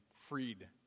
freed